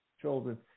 children